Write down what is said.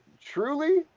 Truly